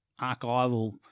archival